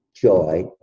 joy